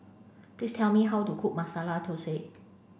please tell me how to cook Masala Thosai